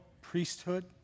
priesthood